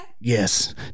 Yes